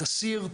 תסיר,